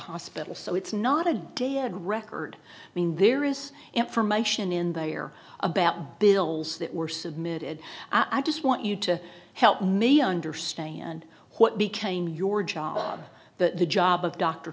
hospital so it's not a day and record i mean there is information in there about bills that were submitted i just want you to help me understand what became your job the job of dr